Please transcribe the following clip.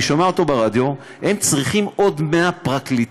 אני שומע אותו ברדיו: הם צריכים עוד 100 פרקליטים.